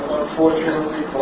unfortunately